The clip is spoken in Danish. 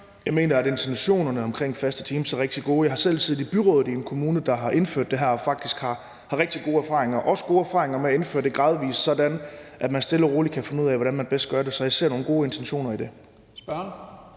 Jeg mener, at intentionerne omkring faste teams er rigtig gode. Jeg har selv siddet i byrådet i en kommune, der har indført det her, og hvor man faktisk har rigtig gode erfaringer og også gode erfaringer med at indføre det gradvis, sådan at man stille og roligt kan finde ud af, hvordan man bedst gør det. Så jeg ser nogle gode intentioner i det.